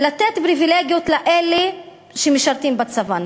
לתת פריבילגיות לאלה שמשרתים בצבא,